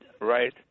right